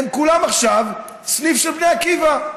הם כולם עכשיו סניף של בני עקיבא,